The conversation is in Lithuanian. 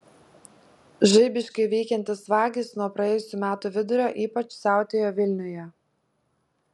žaibiškai veikiantys vagys nuo praėjusių metų vidurio ypač siautėjo vilniuje